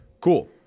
Cool